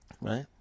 Right